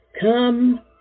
come